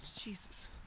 Jesus